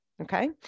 okay